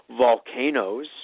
volcanoes